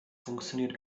funktioniert